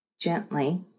Gently